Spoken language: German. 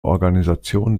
organisation